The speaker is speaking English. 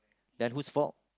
then whose fault